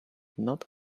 not